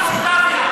הקצב ממולדביה.